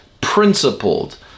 principled